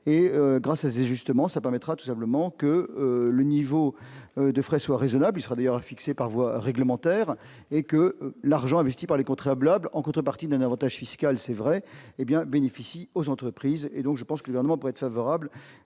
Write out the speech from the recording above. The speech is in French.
et grâce à ces justement ça permettra tout simplement que le niveau de frais soient raisonnables sera d'ailleurs a fixé par voie réglementaire et que l'argent investi par les contribuables, en contrepartie d'un Avantage fiscal, c'est vrai, hé bien bénéficie aux entreprises et donc je pense que Allemands pour être favorable,